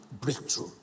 breakthrough